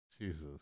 Jesus